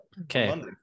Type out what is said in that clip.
Okay